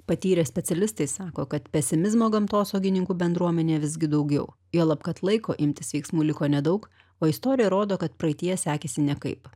patyrę specialistai sako kad pesimizmo gamtosaugininkų bendruomenė visgi daugiau juolab kad laiko imtis veiksmų liko nedaug o istorija rodo kad praeityje sekėsi nekaip